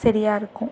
சரியா இருக்கும்